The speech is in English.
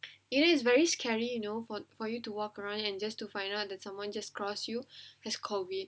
it is very scary you know for for you to walk around and just to find out that someone just close you has COVID